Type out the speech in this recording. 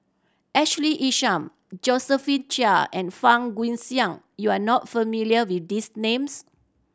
Ashley Isham Josephine Chia and Fang Guixiang you are not familiar with these names